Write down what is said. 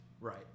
Right